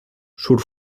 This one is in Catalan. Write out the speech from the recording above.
surt